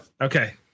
Okay